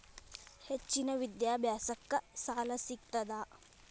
ಹೆಚ್ಚಿನ ವಿದ್ಯಾಭ್ಯಾಸಕ್ಕ ಸಾಲಾ ಸಿಗ್ತದಾ?